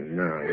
no